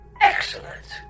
Excellent